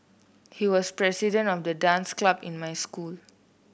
he was the president of the dance club in my school